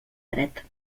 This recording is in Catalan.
dret